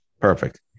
perfect